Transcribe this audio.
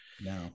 no